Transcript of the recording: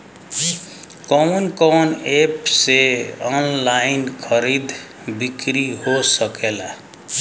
कवन कवन एप से ऑनलाइन खरीद बिक्री हो सकेला?